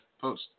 post